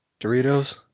Doritos